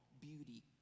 beauty